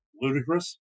ludicrous